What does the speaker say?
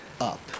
up